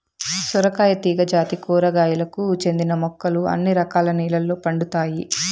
సొరకాయ తీగ జాతి కూరగాయలకు చెందిన మొక్కలు అన్ని రకాల నెలల్లో పండుతాయి